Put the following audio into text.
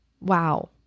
Wow